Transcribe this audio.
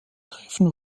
treffen